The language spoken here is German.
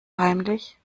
heimlich